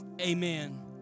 amen